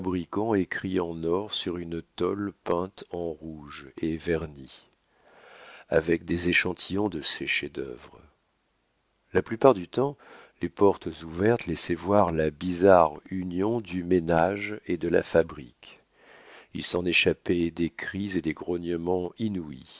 écrits en or sur une tôle peinte en rouge et vernie avec des échantillons de ses chefs-d'œuvre la plupart du temps les portes ouvertes laissaient voir la bizarre union du ménage et de la fabrique il s'en échappait des cris et des grognements inouïs